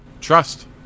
Trust